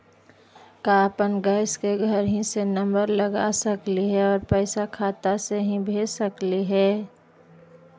का अपन गैस के घरही से नम्बर लगा सकली हे और पैसा खाता से ही भेज सकली हे?